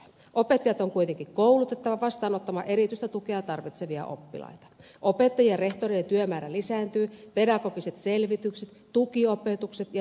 opettajat on kuitenkin koulutettava vastaanottamaan erityistä tukea tarvitsevia oppilaita opettajien ja rehto rien työmäärä lisääntyy pedagogiset selvitykset tukiopetukset ja niin edelleen